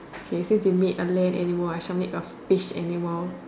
okay so if you make a land animal I shall make a fish animal